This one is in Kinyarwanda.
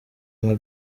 nka